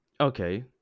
okay